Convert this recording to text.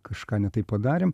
kažką ne taip padarėm